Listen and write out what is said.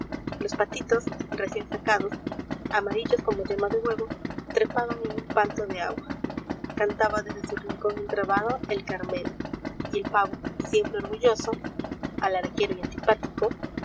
los palitos recién sacados amarillos como yema de huerepaban en un panto de agua cantaba desde su rincón entrabado el carnudo y el pavo siempre orgulloso